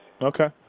Okay